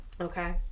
okay